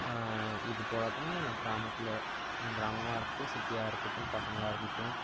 இது போல் தான் கிராமத்தில் கிராமமாக இருக்கட்டும் சிட்டியாக இருக்கட்டும் பசங்களாக இருக்கட்டும்